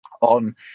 on